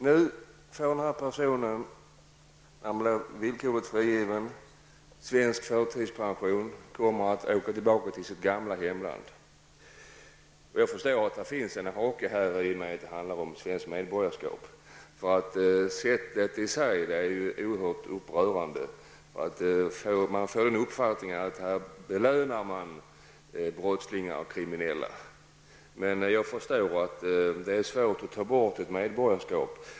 Nu får denna person, när han blir villkorligt frigiven, svensk förtidspension, och han kommer att åka tillbaka till sitt gamla hemland. Jag förstår att det finns en hake i och med att det handlar om svenskt medborgarskap. Men detta är oerhört upprörande, och man får uppfattningen att brottslingar och kriminella belönas. Men jag förstår att det är svårt att ta ifrån någon ett medborgarskap.